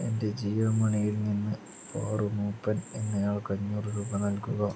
എൻ്റെ ജിയോ മണിയിൽ നിന്ന് പാറു മൂപ്പൻ എന്നയാൾക്ക് അഞ്ഞൂറ് രൂപ നൽകുക